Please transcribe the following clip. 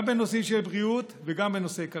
גם בנושאים של בריאות וגם בנושאי כלכלה.